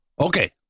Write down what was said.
Okay